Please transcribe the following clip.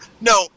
No